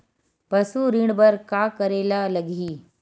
पशु ऋण बर का करे ला लगही?